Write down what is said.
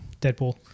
Deadpool